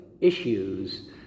issues